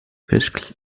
fish